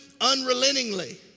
unrelentingly